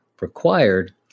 required